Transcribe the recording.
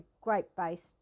grape-based